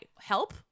help